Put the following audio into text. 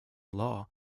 law